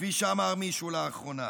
כפי שאמר מישהו לאחרונה.